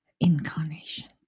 incarnation